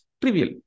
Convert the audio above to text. trivial